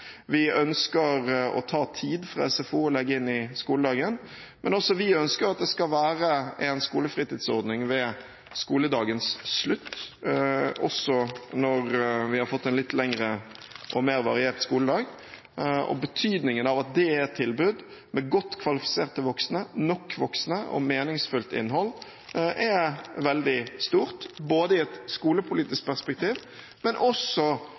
Vi ønsker å ta tid fra SFO og legge inn i skoledagen, men også vi ønsker at det skal være en skolefritidsordning ved skoledagens slutt, også når vi har fått en litt lengre og mer variert skoledag. Betydningen av at det er et tilbud med godt kvalifiserte voksne, nok voksne og et meningsfullt innhold, er veldig stort i et skolepolitisk perspektiv, men også